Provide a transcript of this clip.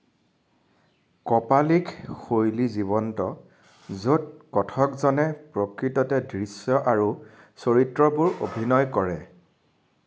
কপালিক শৈলী জীৱন্ত য'ত কথকজনে প্ৰকৃততে দৃশ্য আৰু চৰিত্ৰবোৰ অভিনয় কৰে